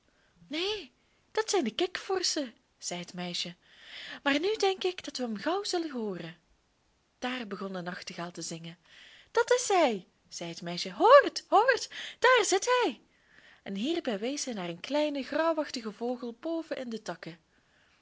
neen dat zijn kikvorschen zei het meisje maar nu denk ik dat we hem gauw zullen hooren daar begon de nachtegaal te zingen dat is hij zei het meisje hoort hoort daar zit hij en hierbij wees zij naar een kleinen grauwachtigen vogel boven in de takken